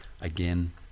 again